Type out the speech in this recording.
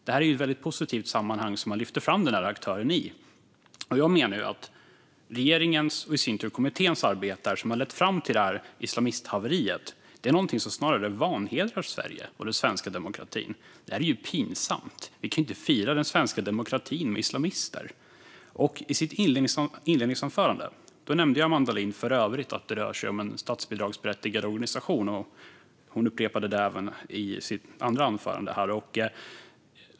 Det är i ett väldigt positivt sammanhang man lyfter fram den här aktören. Jag menar att regeringens och kommitténs arbete, som har lett fram till detta islamisthaveri, är någonting som snarare vanhedrar Sverige och den svenska demokratin. Det här är ju pinsamt. Vi kan inte fira den svenska demokratin med islamister. I sitt interpellationssvar nämnde Amanda Lind för övrigt att det rör sig om en statsbidragsberättigad organisation. Hon upprepade detta i sitt andra anförande.